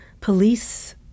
police